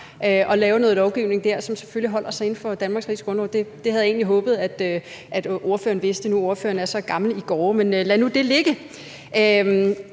så lave noget lovgivning der, som selvfølgelig holder sig inden for Danmarks Riges Grundlov. Det havde jeg egentlig håbet ordføreren vidste, nu ordføreren er så gammel i gårde. Men lad nu det ligge.